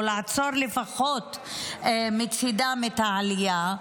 או לעצור לפחות מצידם את העלייה,